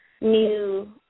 new